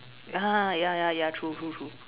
ya ya ya true true true